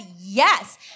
Yes